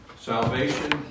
salvation